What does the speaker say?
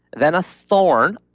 then a thorn,